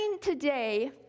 today